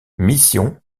mission